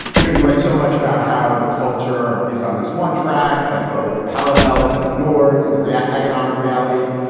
you know you write so much about how the. culture is on this one track that both parallels and ignores the yeah economic realities,